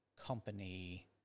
company